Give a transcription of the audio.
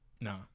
No